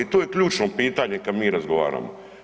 To je ključno pitanje kad mi razgovaramo.